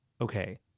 okay